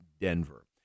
Denver